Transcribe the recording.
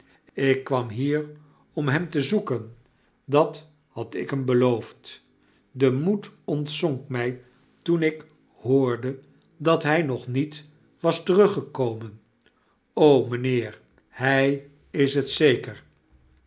ik kwam hier om hem te zoeken dat had ik hem beloofd de moed ontzonk mij toen ik hoorde dat hij nog niet was teruggekomen mijnheer hij is het zeker